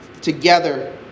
together